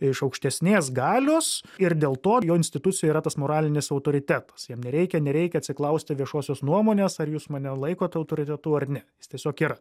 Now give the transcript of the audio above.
iš aukštesnės galios ir dėl to jo institucija yra tas moralinis autoritetas jam nereikia nereikia atsiklausti viešosios nuomonės ar jūs mane laikot autoritetu ar ne jis tiesiog yra